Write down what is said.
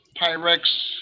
Pyrex